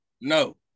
No